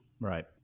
Right